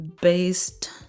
based